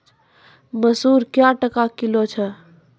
मसूर क्या टका किलो छ?